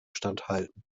standhalten